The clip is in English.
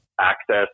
access